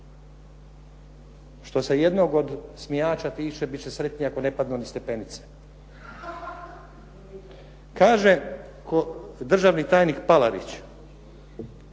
Što se jednog od smijača tiče bit će sretni ako ne padnu niz stepenice. Kaže državni tajnik Palarić